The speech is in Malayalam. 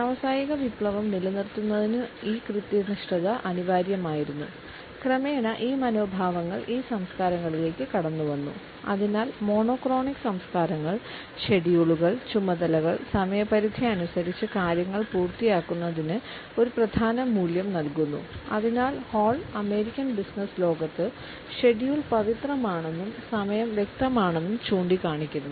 വ്യാവസായിക വിപ്ലവം നിലനിർത്തുന്നതിനു ഈ കൃത്യനിഷ്ഠത അനിവാര്യമായിരുന്നു ക്രമേണ ഈ മനോഭാവങ്ങൾ ഈ സംസ്കാരങ്ങളിലേക്ക് കടന്നുവന്നു അതിനാൽ മോണോക്രോണിക് സംസ്കാരങ്ങൾ ഷെഡ്യൂളുകൾ ചുമതലകൾ സമയപരിധി അനുസരിച്ച് കാര്യങ്ങൾ പൂർത്തിയാക്കുന്നതിന് ഒരു പ്രധാന മൂല്യം നൽകുന്നു അതിനാൽ ഹാൾ അമേരിക്കൻ ബിസിനസ്സ് ലോകത്ത് ഷെഡ്യൂൾ പവിത്രമാണെന്നും സമയം വ്യക്തമാണെന്നും ചൂണ്ടിക്കാണിക്കുന്നു